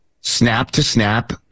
snap-to-snap